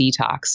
detox